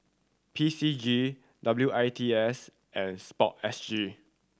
P C G W I T S and Sport S G